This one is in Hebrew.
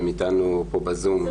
הם אתנו פה בזום.